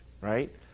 right